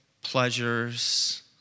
pleasures